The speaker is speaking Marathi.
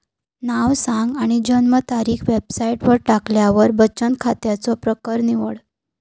नाव सांग आणि जन्मतारीख वेबसाईटवर टाकल्यार बचन खात्याचो प्रकर निवड